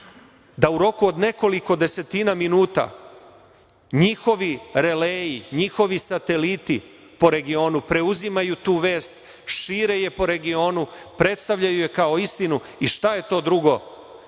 da u roku od nekoliko desetina minuta njihovi releji, sateliti po regionu preuzimaju tu vest, šire je po regionu, predstavljaju je kao istinu i šta je to drugo